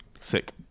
sick